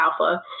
alpha